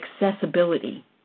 accessibility